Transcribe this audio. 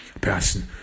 person